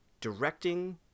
directing